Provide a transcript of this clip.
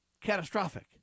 catastrophic